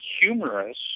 humorous